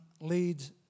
leads